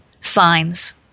signs